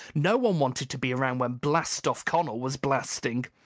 no one wanted to be around when blast-off connel was blasting.